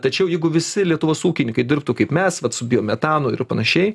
tačiau jeigu visi lietuvos ūkininkai dirbtų kaip mes vat su biometanu ir panašiai